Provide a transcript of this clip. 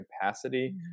capacity